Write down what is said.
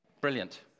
Brilliant